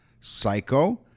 Psycho